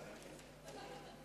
כי זה התפרסם